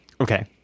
Okay